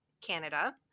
canada